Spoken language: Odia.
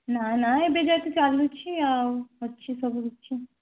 ନା ନା ଏବେ ଯେହେତୁ ଚାଲୁଛି ଆଉ ଅଛି ସବୁକିଛି